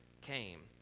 came